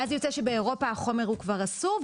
ואז יוצא שבאירופה החומר כבר אסור,